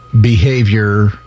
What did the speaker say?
behavior